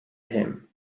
him